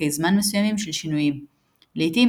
פרקי זמן מסוימים של שינויים – לעיתים